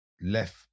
left